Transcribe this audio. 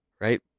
right